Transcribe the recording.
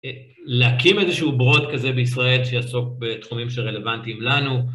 להקים איזשהו בורד כזה בישראל שיעסוק בתחומים שרלוונטיים לנו.